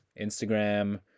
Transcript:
Instagram